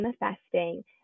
manifesting